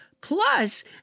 Plus